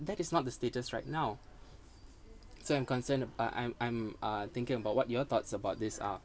that is not the status right now so I'm concerned about I'm I'm uh thinking about what your thoughts about this uh